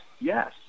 Yes